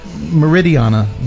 Meridiana